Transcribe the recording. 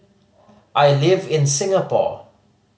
I live in Singapore